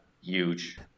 huge